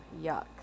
yuck